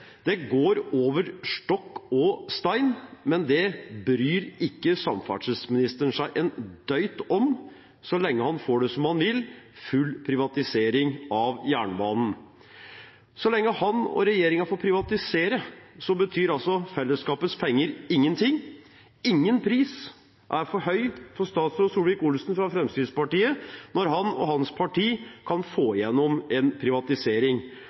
Det går over stokk og stein, men det bryr ikke samferdselsministeren seg en døyt om, så lenge han får det som han vil: full privatisering av jernbanen. Så lenge han og regjeringen får privatisere, betyr fellesskapets penger ingenting. Ingen pris er for høy for statsråd Solvik-Olsen fra Fremskrittspartiet når han og hans parti kan få igjennom en privatisering.